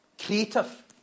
creative